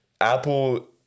Apple